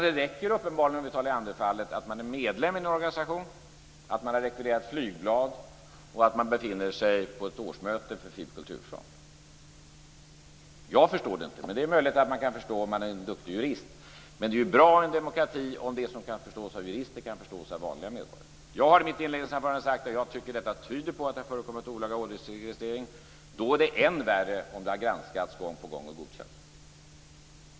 Det räcker uppenbarligen, om vi tar Leanderfallet, att man är medlem i en organisation, att man har rekvirerat flygblad och att man befinner sig på ett årsmöte för FiB/Kulturfront. Jag förstår det inte, men det är möjligt att man kan förstå det om man är en duktig jurist. Det är emellertid bra i en demokrati om det som kan förstås av jurister kan förstås av vanliga medborgare. Jag har i mitt inledningsanförande sagt att jag tycker att detta tyder på att det har förekommit olaga åsiktsregistrering. Då är det än värre om det har granskats gång på gång och sedan godkänts.